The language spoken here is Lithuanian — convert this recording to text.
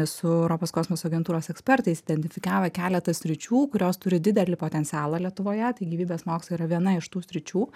su europos kosmoso agentūros ekspertais identifikavę keletą sričių kurios turi didelį potencialą lietuvoje tai gyvybės mokslai yra viena iš tų sričių